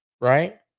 Right